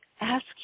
Ask